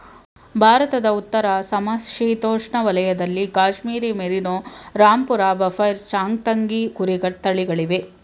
ಭಾರತದ ಉತ್ತರ ಸಮಶೀತೋಷ್ಣ ವಲಯದಲ್ಲಿ ಕಾಶ್ಮೀರಿ ಮೇರಿನೋ, ರಾಂಪುರ ಬಫೈರ್, ಚಾಂಗ್ತಂಗಿ ಕುರಿ ತಳಿಗಳಿವೆ